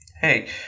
hey